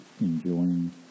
enjoying